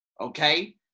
okay